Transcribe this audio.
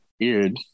weird